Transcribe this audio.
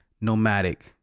nomadic